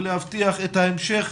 ולהבטיח את ההמשך